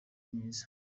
myiza